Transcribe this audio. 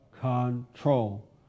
control